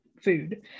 food